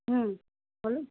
হুম বলুন